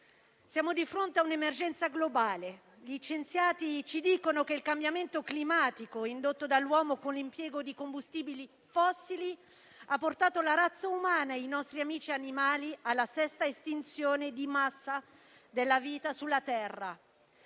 siamo di fronte a un'emergenza globale. Gli scienziati ci dicono che il cambiamento climatico indotto dall'uomo con l'impiego di combustibili fossili ha portato la razza umana e i nostri amici animali alla sesta estinzione di massa della vita sulla terra.